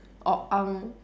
or aang